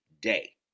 day